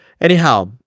Anyhow